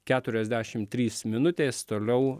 keturiasdešimt trys minutės toliau